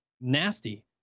nasty